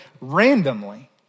randomly